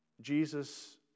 Jesus